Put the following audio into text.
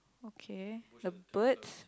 okay okay the birds